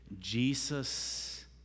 Jesus